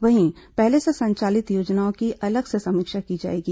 वहीं पहले से संचालित योजनाओं की अलग से समीक्षा की जाएगी